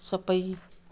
सब